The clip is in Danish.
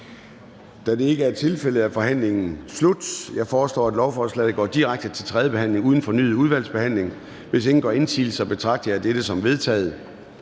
Da det ikke er tilfældet, er forhandlingen sluttet. Jeg foreslår, at lovforslaget går direkte til tredje behandling uden fornyet udvalgsbehandling. Hvis ingen gør indsigelse, betragter jeg dette som vedtaget.